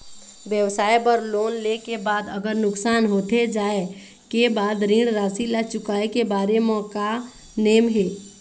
व्यवसाय बर लोन ले के बाद अगर नुकसान होथे जाय के बाद ऋण राशि ला चुकाए के बारे म का नेम हे?